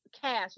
cash